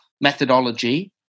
methodology